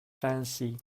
fancy